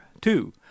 Two